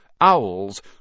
Owls